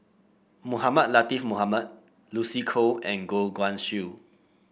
Mohamed Latiff Mohamed Lucy Koh and Goh Guan Siew